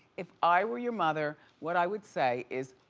if i were your mother, what i would say is,